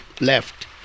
left